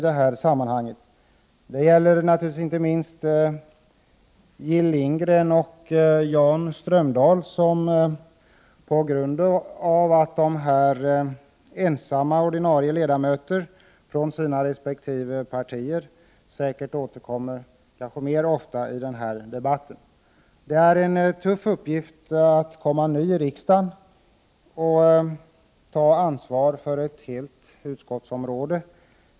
Det gäller naturligtvis inte minst Jill Lindgren och Jan Strömdahl, som på grund av att de är ensamma ordinarie ledamöter från sina resp. partier säkert återkommer mera frekvent än många andra i kammarens bostadsdebatter. Det är en tuff uppgift att vara ny i riksdagen och att ta ansvar för ett helt utskottsområde.